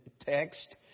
text